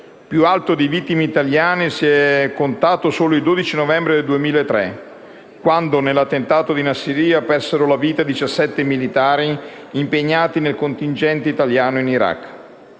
più alto di vittime italiane si è contato solo il 12 novembre 2003, quando nell'attentato di Nassiriya persero la vita 17 militari impegnati nel contingente italiano in Iraq.